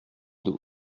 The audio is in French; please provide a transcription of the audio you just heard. dos